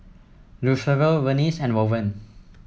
Lucero Vernice and Owen